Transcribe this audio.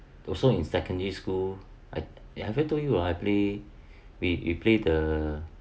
also in secondary school I I haven't told you right I play we we play the